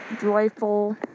joyful